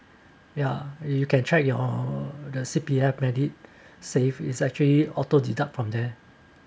ya you can check your the C_P_F MediSave it's actually auto deduct from there